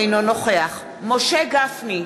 אינו נוכח משה גפני,